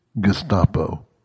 gestapo